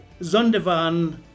Zondervan